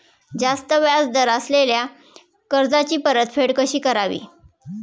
जास्त व्याज दर असलेल्या कर्जाची परतफेड कशी करावी?